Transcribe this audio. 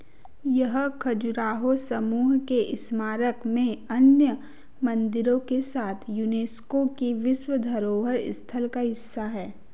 यह खजुराहो समूह के स्मारक में अन्य मंदिरों के साथ यूनेस्को की विश्व धरोहर स्थल का हिस्सा है